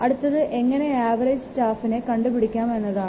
അടുത്തത് എങ്ങനെ ആവറേജ് സ്റ്റാഫിനെ കണ്ടു പിടിക്കാം എന്നത് ആണ്